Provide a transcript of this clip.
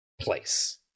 place